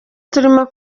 turimo